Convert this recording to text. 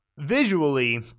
visually